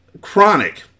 Chronic